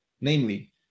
namely